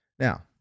Now